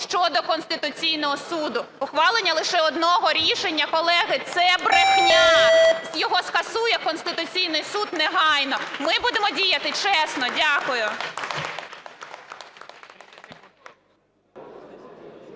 щодо Конституційного Суду. Ухвалення лише одного рішення, колеги, це брехня. Його скасує Конституційний Суд негайно. Ми будемо діяти чесно. Дякую.